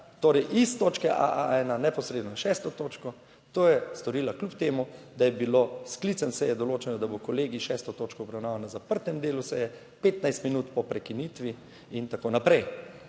torej iz točke AA1 na neposredno na 6. točko. To je storila kljub temu, da je bilo s sklicem seje določeno, da bo kolegij 6. točko obravnaval na zaprtem delu seje, 15 minut po prekinitvi in tako naprej.